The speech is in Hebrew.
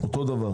אותו הדבר